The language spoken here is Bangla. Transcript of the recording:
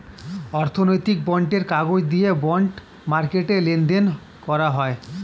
অর্থনৈতিক বন্ডের কাগজ দিয়ে বন্ড মার্কেটে লেনদেন করা হয়